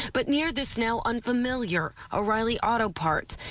but near this now unfamiliar o'reilly auto parts,